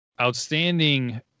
outstanding